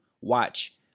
watch